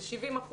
70%,